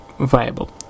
viable